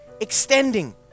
extending